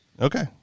Okay